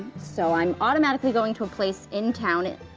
so i'm automatically going to a place in town, and